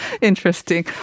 Interesting